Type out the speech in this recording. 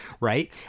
right